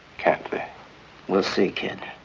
can't we'll see kid,